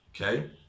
okay